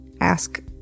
ask